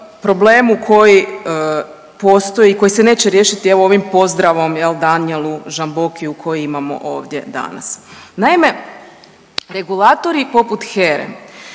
problemu koji postoji i koji se neće riješiti evo ovim pozdravom jel Danijelu Žambokiju koji imamo ovdje danas. Naime, regulatori poput HERA-e